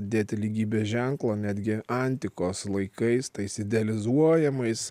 dėti lygybės ženklo netgi antikos laikais tais idealizuojamais